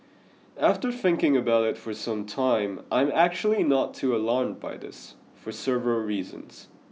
after thinking about it for some time I am actually not too alarmed by this for several reasons